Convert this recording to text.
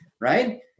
right